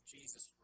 Jesus